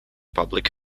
public